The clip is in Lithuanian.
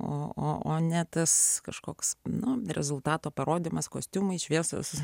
o ne tas kažkoks nuo rezultato parodymas kostiumai šviesos